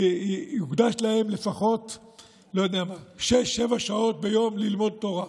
שיוקדש להם לפחות שש, שבע שעות ביום ללמוד תורה,